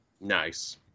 nice